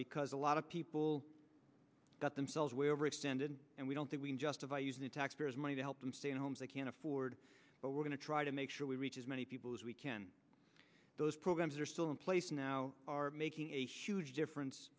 because a lot of people got themselves way overextended and we don't think we can justify using taxpayers money to help them stay in homes they can't afford but we're going to try to make sure we reach as many people as we can those programs are still in place now are making a huge difference